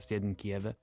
sėdint kijeve